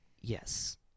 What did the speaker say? Yes